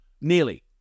Nearly